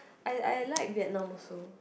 I I like Vietnam also